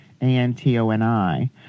A-N-T-O-N-I